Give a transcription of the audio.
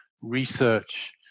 research